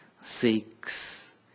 six